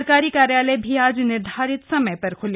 सरकारी कार्यालय भी आज निर्धारित समय पर खूले